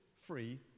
free